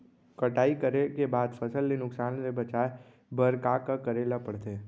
कटाई करे के बाद फसल ल नुकसान ले बचाये बर का का करे ल पड़थे?